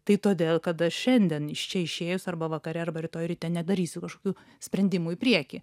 tai todėl kad aš šiandien iš čia išėjus arba vakare arba rytoj ryte nedarysiu kažkokių sprendimų į priekį